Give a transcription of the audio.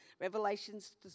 Revelations